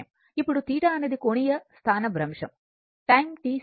ఇప్పుడు θ అనేది కోణీయ స్థానభ్రంశం టైం t సెకండ్